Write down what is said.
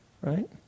right